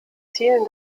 zielen